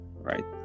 right